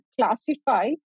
classify